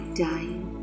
time